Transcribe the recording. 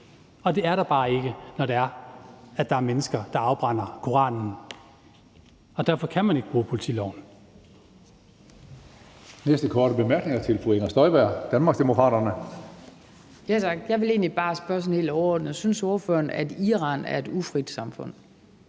og det er der bare ikke, når det er sådan, at der er mennesker, der afbrænder Koranen, og derfor kan man ikke bruge politiloven.